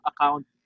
account